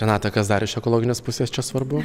renata kas dar iš ekologinės pusės čia svarbu